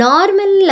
Normal